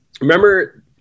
remember